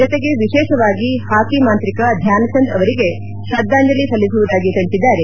ಜತೆಗೆ ವಿಶೇಷವಾಗಿ ಹಾಕಿ ಮಾಂತ್ರಿಕ ಧ್ಯಾನ್ಚಂದ್ ಅವರಿಗೆ ಶ್ರದ್ದಾಂಜಲಿ ಸಲ್ಲಿಸುವುದಾಗಿ ತಿಳಿಸಿದ್ದಾರೆ